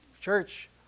Church